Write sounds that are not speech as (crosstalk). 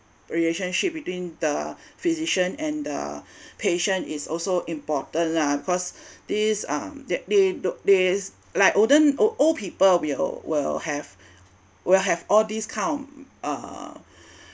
relationship between the (breath) physician and the (breath) patient is also important lah cause (breath) these um that they do~ these like olden ol~ old people will will have will have all these kind of uh (breath)